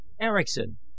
Erickson